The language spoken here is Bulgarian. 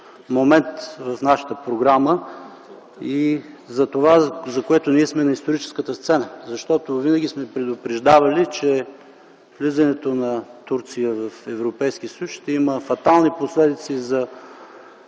момент в нашата програма и за това, за което ние сме на историческата сцена. Защото винаги сме предупреждавали, че влизането на Турция в Европейския съюз ще има фатални последици за